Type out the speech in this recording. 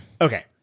Okay